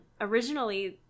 originally –